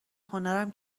هنرم